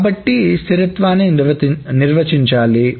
కాబట్టి స్థిరత్వాన్ని నిర్వర్తించాలి